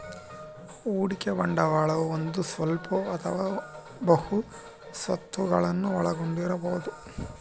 ಹೂಡಿಕೆ ಬಂಡವಾಳವು ಒಂದೇ ಸ್ವತ್ತು ಅಥವಾ ಬಹು ಸ್ವತ್ತುಗುಳ್ನ ಒಳಗೊಂಡಿರಬೊದು